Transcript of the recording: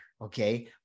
okay